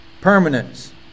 permanence